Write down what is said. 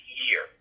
year